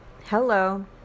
Hello